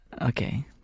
Okay